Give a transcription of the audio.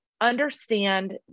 understand